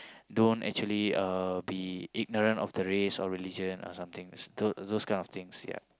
don't actually uh be ignorant of the race or religion or somethings those those kind of things ya